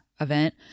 event